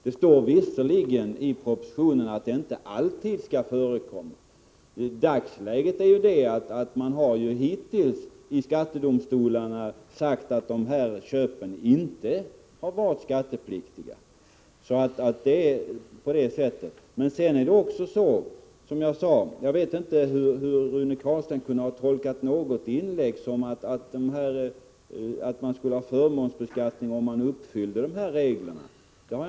Det står visserligen att det inte alltid skall förekomma en förmånsbeskattning. Hittills har skattedomstolarna sagt att dessa aktieköp inte har varit skattepliktiga. Jag förstår inte hur Rune Carlstein kunde tolka något av inläggen så att talaren ansåg att förmånsbeskattning skall ske om reglerna uppfylls.